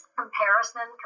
comparison